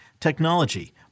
technology